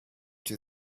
two